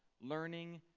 learning